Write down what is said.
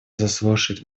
заслушает